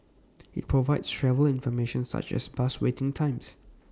IT provides travel information such as bus waiting times